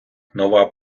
нова